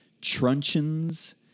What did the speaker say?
truncheons